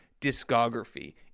discography